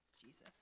Jesus